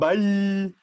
Bye